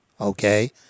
okay